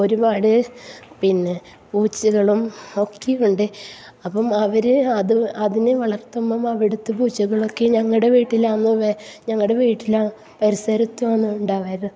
ഒരുപാട് പിന്നെ പൂച്ചകളും ഒക്കെയുണ്ട് അപ്പം അവർ അത് അതിനെ വളർത്തുമ്പോൾ അവിടത്തെ പൂച്ചകളൊക്കെ ഞങ്ങളുടെ വീട്ടിലാന്ന് വ ഞങ്ങളുടെ വീട്ടിലെ പരിസരത്താന്ന് ഉണ്ടാവാറ്